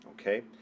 Okay